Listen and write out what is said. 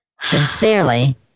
Sincerely